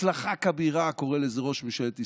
הצלחה כבירה, קורא לזה ראש ממשלת ישראל.